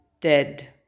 dead